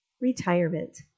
Retirement